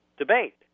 debate